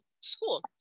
school